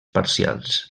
parcials